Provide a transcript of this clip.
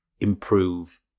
improve